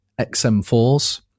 XM4s